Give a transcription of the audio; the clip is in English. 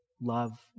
love